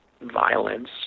violence